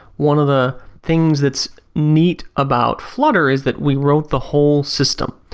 one of the things that's neat about flutter is that we wrote the whole system.